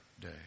day